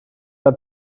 mehr